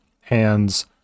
hands